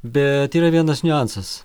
bet yra vienas niuansas